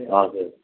हजुर